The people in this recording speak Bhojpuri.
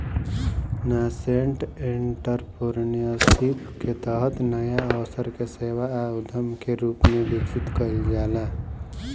नासेंट एंटरप्रेन्योरशिप के तहत नाया अवसर के सेवा आ उद्यम के रूप में विकसित कईल जाला